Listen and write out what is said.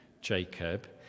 Jacob